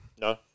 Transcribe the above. No